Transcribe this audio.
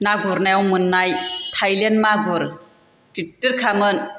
ना गुरनायाव मोन्नाय थाइलेन मागुर गिदिरखामोन